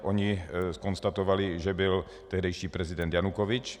Oni konstatovali, že v čele byl tehdejší prezident Janukovyč.